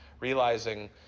realizing